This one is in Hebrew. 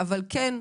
אבל כן,